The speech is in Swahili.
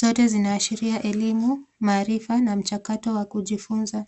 zote zinaashiria elimu, maarifa na mchakato wa kujifunza.